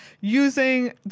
using